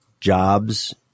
jobs